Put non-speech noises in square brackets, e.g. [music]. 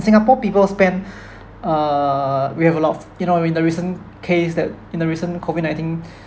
singapore people spend [breath] uh we have a lot of you know in the recent case that in the recent COVID nineteen [breath]